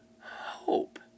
hope